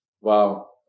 Wow